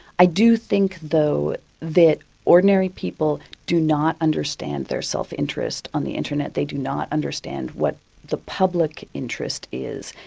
i do think though that ordinary people do not understand their self-interest on the internet they do not understand what the public interest is.